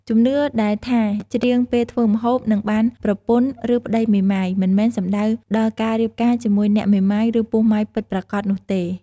ជំនឿដែលថា ច្រៀងពេលធ្វើម្ហូប នឹងបានប្រពន្ធឫប្ដីមេម៉ាយ មិនមែនសំដៅដល់ការរៀបការជាមួយអ្នកមេម៉ាយឫពោះម៉ាយពិតប្រាកដនោះទេ។